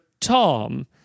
Tom